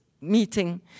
meeting